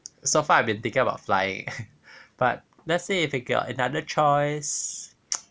so far I've been thinking about flying but let's say if you got another choice